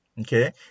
Okay